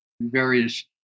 various